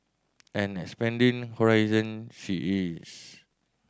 and expanding horizon she is